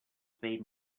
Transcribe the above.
spade